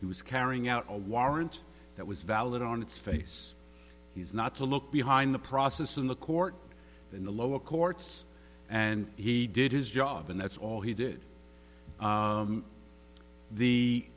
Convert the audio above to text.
he was carrying out a warrant that was valid on its face he's not to look behind the process in the court in the lower courts and he did his job and that's all he did